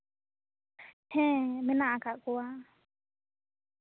ᱦᱮᱸ ᱢᱮᱱᱟᱜ ᱟᱠᱟᱜ ᱠᱚᱣᱟ